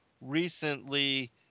recently